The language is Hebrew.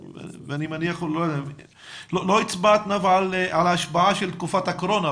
לא הצבעת נאוה על ההשפעה של תקופת הקורונה,